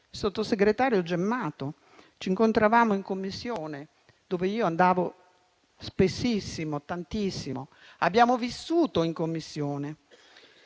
sottosegretario Gemmato, ci incontravamo in Commissione, dove io andavo spessissimo, abbiamo vissuto in Commissione.